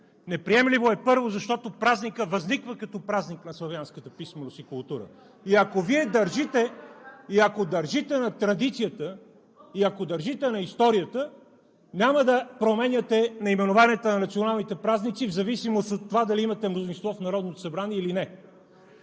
Неприемливо е, първо, защото празникът възниква като Празник на славянската писменост и култура и ако Вие държите на традицията, и ако държите на историята, няма да променяте наименованията на националните празници в зависимост от това дали имате мнозинство в Народното събрание, или не.